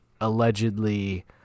allegedly